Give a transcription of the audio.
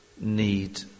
need